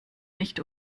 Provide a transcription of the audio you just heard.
nicht